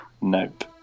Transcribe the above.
Nope